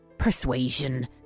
Persuasion